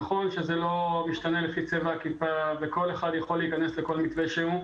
נכון שזה לא משתנה לפי צבע הכיפה וכל אחד יכול להיכנס לכל מתווה שהוא,